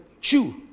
chew